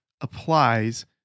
applies